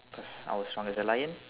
because I was strong as a lion